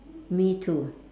me too